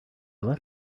left